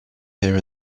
here